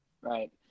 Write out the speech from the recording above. Right